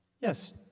Yes